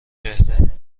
چهره